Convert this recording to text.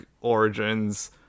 origins